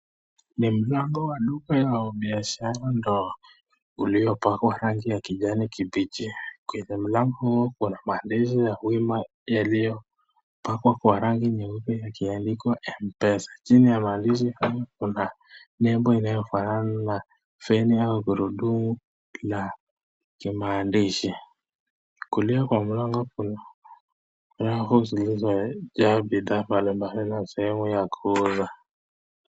Ni mlango la duka la biashara ndogo, ulio pakwa rangi ya kijani kibichi na mlango huo uko na maadishi wima yaliyopakwa kwa rangi nyeupe na yakiandikwa m-pesa , chini ya maadishi hayo kuna nembo inayofanana na feni au gurudumu la kimaandishi, kulia kwa mlango kuna safu zilizo jaa bidhaa mbalimbali na sehemu ya kuuza.